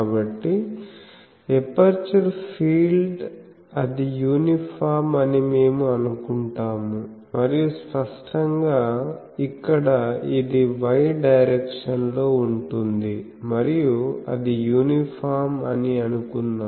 కాబట్టి aperture field అది uniform అని మేము అనుకుంటాము మరియు స్పష్టంగా ఇక్కడ ఇది y డైరెక్షన్ లో ఉంటుంది మరియు అది యూనిఫామ్ అని అనుకుందాం